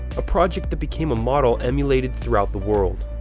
a project that became a model emulated throughout the world.